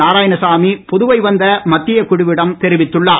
நாராயணசாமி புதுவை வந்துள்ள மத்தியக் குழுவிடம் தெரிவித்துள்ளார்